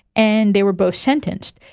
and they were both sentenced.